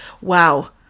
wow